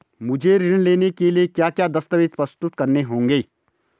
मुझे ऋण लेने के लिए क्या क्या दस्तावेज़ प्रस्तुत करने होंगे?